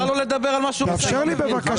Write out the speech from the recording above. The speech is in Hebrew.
בהתחלה אמרתי שנצטרך לדבר על העניין הזה,